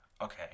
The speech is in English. okay